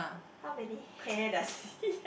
how many hair does he have